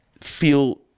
feel